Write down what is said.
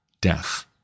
death